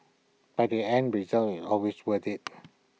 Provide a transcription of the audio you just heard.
but the end result is always worth IT